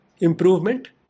improvement